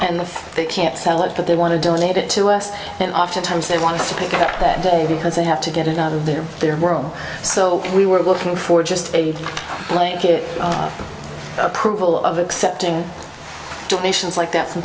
and they can't sell it but they want to donate it to us and oftentimes they want to speak up that day because they have to get it out of their their world so we were looking for just a blanket approval of accepting donations like that from